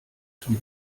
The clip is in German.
zum